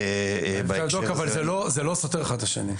אבל זה לא סותר אחד את השני.